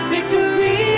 Victory